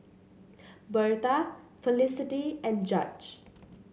Birtha Felicity and Judge